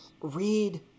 read